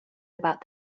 about